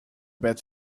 bad